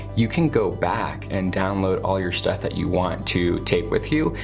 you can go back and download all your stuff that you want to take with you,